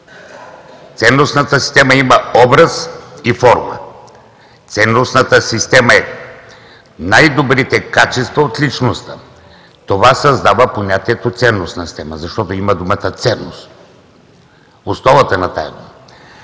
Ценностната система има образ и форма. Ценностната система е най-добрите качества от личността. Това създава понятието ценностна система. Защото има думата ценност – основата на тази дума.